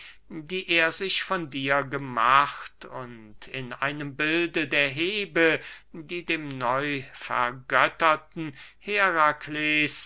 die er sich von dir gemacht und in einem bilde der hebe die dem neu vergötterten herakles